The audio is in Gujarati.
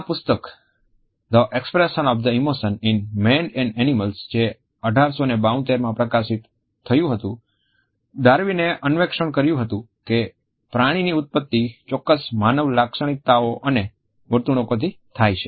આ પુસ્તક the expression of the emotion in man and animals જે 1872માં પ્રકાશિત થયું હતું ડાર્વિને અન્વેષણ કર્યું કે પ્રાણીની ઉત્પત્તિ ચોક્કસ માનવ લાક્ષણિકતાઓ અને વર્તણૂકોથી થાય છે